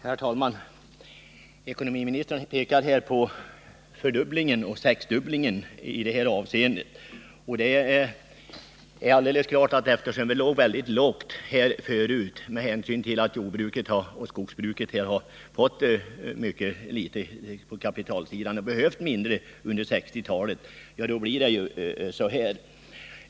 Herr talman! Ekonomiministern pekar på fördubblingen och sexdubblingeni det här avseendet. Det är alldeles klart att eftersom nivån låg mycket lågt förut, med hänsyn till att jordoch skogsbruket har fått mycket litet på kapitalsidan och behövt mindre under 1960-talet, blir det så här.